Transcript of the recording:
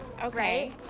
okay